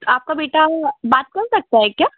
आपका बेटा वो बात कर सकता है क्या